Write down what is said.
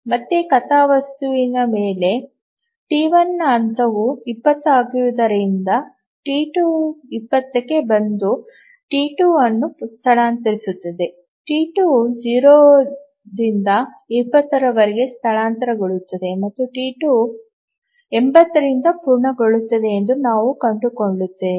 ಮತ್ತೆ ಕಥಾವಸ್ತುವಿನ ಮೇಲೆ ಟಿ 1 ರ ಹಂತವು 20 ಆಗಿರುವುದರಿಂದ ಟಿ 1 20 ಕ್ಕೆ ಬಂದು ಟಿ2 ಅನ್ನು ಸ್ಥಳಾಂತರಿಸುತ್ತದೆ ಟಿ 2 0 ರಿಂದ 20 ರವರೆಗೆ ಸ್ಥಳಾಂತರಗೊಳ್ಳುತ್ತದೆ ಮತ್ತು ಟಿ2 80 ರಿಂದ ಪೂರ್ಣಗೊಳ್ಳುತ್ತದೆ ಎಂದು ನಾವು ಕಂಡುಕೊಂಡಿದ್ದೇವೆ